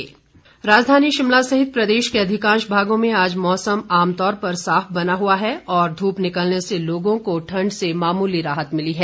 मौसम राजधानी शिमला सहित प्रदेश में अधिकांश भागों आज मौसम आमतौर पर साफ बना हुआ है और धूप निकलने से लोगों ठंड से मामूली राहत मिली है